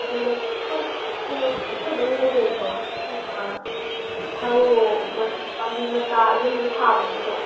ꯀꯩꯅꯣꯁꯨ ꯑꯗꯨꯝ ꯂꯩꯖꯩꯀꯣ ꯊꯔꯣ ꯄꯥꯝꯕꯤ ꯃꯆꯥ ꯌꯨꯝꯗ ꯊꯥꯕꯒꯤꯗꯣ